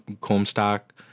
Comstock